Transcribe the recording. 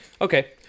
okay